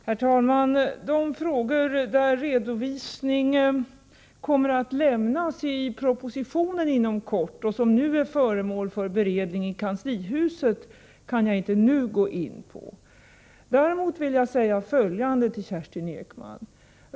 Herr talman! De frågor där redovisning kommer att lämnas i propositionen inom kort och som nu är föremål för beredning i kanslihuset kan jag inte nu gå in på. Däremot vill jag säga följande till Kerstin Ekman.